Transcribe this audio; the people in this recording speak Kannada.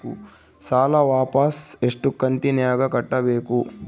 ಸಾಲ ವಾಪಸ್ ಎಷ್ಟು ಕಂತಿನ್ಯಾಗ ಕಟ್ಟಬೇಕು?